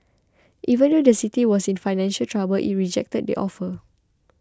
even though the city was in financial trouble it rejected the offer